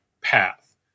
path